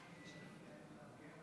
תודה, כבוד